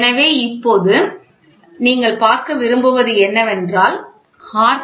எனவே இப்போது நீங்கள் பார்க்க விரும்புவது என்னவென்றால் ஆர்